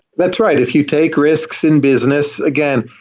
that's right. if you take risks in business, again,